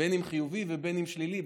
בין חיובי ובין שלילי,